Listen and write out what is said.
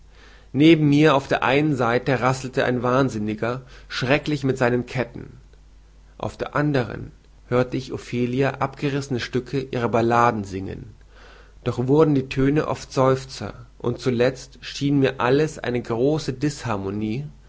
neben mir auf der einen seite rasselte ein wahnsinniger schrecklich mit seinen ketten auf der andern hörte ich ophelia abgerissene stücke ihrer balladen singen doch wurden die töne oft seufzer und zulezt schien mir alles eine große disharmonie